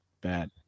bad